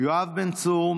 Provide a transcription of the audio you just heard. יואב בן צור,